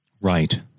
Right